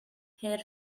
her